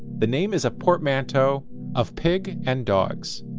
the name is a portmanteau of! pig! and! dogs!